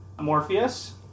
Morpheus